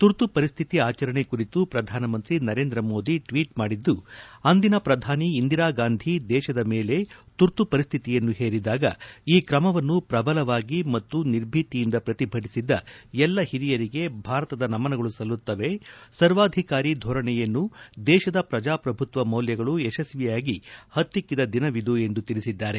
ತುರ್ತು ಪರಿಶ್ಥಿತಿ ಆಚರಣೆ ಕುರಿತು ಪ್ರಧಾನ ಮಂತ್ರಿ ನರೇಂದ್ರ ಮೋದಿ ಟ್ವೀಟ್ ಮಾಡಿದ್ದು ಅಂದಿನ ಪ್ರಧಾನಿ ಇಂದಿರಾ ಗಾಂಧಿ ದೇಶದ ಮೇಲೆ ತುರ್ತು ಪರಿಶ್ಶಿತಿಯನ್ನು ಹೇರಿದಾಗ ಈ ಕ್ರಮವನ್ನು ಪ್ರಬಲವಾಗಿ ಮತ್ತು ನಿರ್ಭೀತಿಯಿಂದ ಪ್ರತಿಭಟಿಸಿದ್ದ ಎಲ್ಲಾ ಹಿರಿಯರಿಗೆ ಭಾರತದ ನಮನಗಳು ಸಲ್ಲುತ್ತವೆ ಸರ್ವಾಧಿಕಾರಿ ಧೋರಣೆಯನ್ನು ದೇಶದ ಪ್ರಜಾಪ್ರಭುತ್ವ ಮೌಲ್ಯಗಳು ಯಶಸ್ವಿಯಾಗಿ ಹತ್ತಿಕ್ಕಿದ ದಿನವಿದು ಎಂದು ತಿಳಿಸಿದ್ದಾರೆ